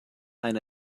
ein